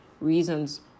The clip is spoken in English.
reasons